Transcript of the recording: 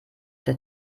der